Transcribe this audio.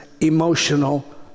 emotional